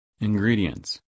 Ingredients